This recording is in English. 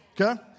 Okay